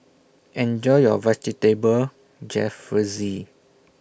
Enjoy your Vegetable Jalfrezi